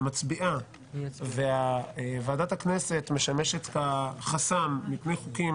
מצביעה וועדת הכנסת משמשת כחסם מפני חוקים